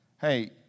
hey